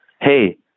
Hey